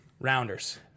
Rounders